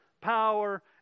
power